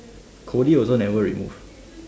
Cody also never remove